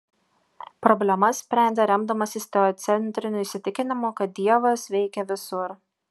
problemas sprendė remdamasis teocentriniu įsitikinimu kad dievas veikia visur